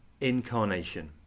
incarnation